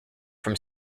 from